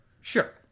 Sure